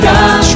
God